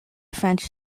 french